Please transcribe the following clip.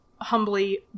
humbly